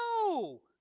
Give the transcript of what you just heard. No